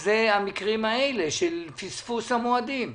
אנשים שפספסו את המועד המקורי להגשה.